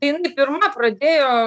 jinai pirma pradėjo